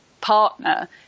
partner